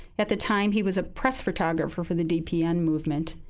at the time, he was a press photographer for the dpn movement.